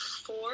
four